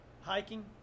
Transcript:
hiking